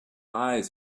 eyes